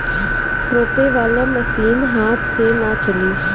रोपे वाला मशीन हाथ से ना चली